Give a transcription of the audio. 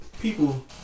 people